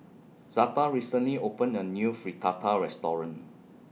Zada recently opened A New Fritada Restaurant